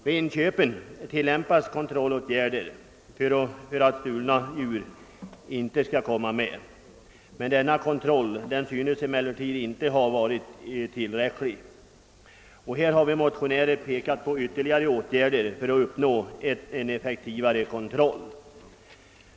Vid dessa inköp tillämpas kontrollåtgärder för att några stulna djur inte skall kunna komma med. Denna kontroll tycks emellertid inte ha varit tillräcklig. Här har vi motionärer pekat på ytterligare åtgärder för att uppnå en effektivare kontroll.